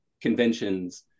conventions